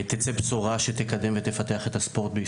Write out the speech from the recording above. ה-7.4 מיליון שקל ב-2021 זה צבוע לכדורגל נשים,